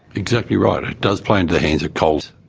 exactly right, it does play into the hands of coles.